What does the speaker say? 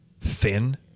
thin